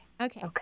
okay